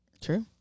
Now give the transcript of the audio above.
True